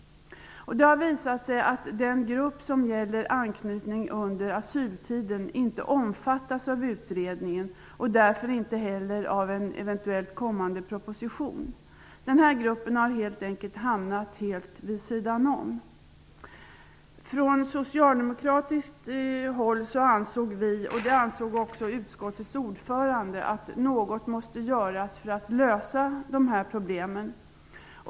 Det har visat sig att den grupp som gäller anknytning under asyltiden inte omfattas av utredningen och därför inte heller av en eventuell kommande proposition. Denna grupp har helt enkelt hamnat helt vid sidan om. Vi socialdemokrater och utskottets ordförande ansåg att något måste göras för att lösa problemen.